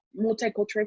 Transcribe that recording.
multicultural